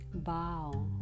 bow